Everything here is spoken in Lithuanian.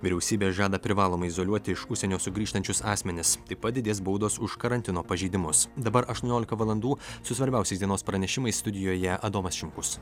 vyriausybė žada privalomai izoliuoti iš užsienio sugrįžtančius asmenis taip pat didės baudos už karantino pažeidimus dabar aštuoniolika valandų su svarbiausiais dienos pranešimais studijoje adomas šimkus